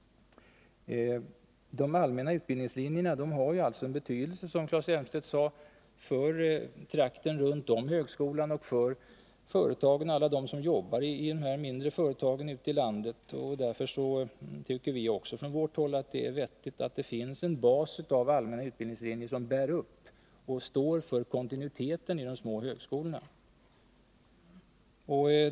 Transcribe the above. De allmänna utbildningslinjerna har sin betydelse, som Claes Elmstedt sade, för trakten runt om högskolan och för alla dem som jobbar i de mindre företagen ute i landet. Därför tycker också vi att det är vettigt att det finns en bas av allmänna utbildningslinjer som bär upp och står för kontinuiteten i de små högskolorna.